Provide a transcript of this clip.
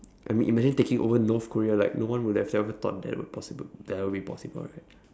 I mean imagine taking over north korea like no one would have ever thought that would possibl~ that would be possible right